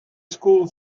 school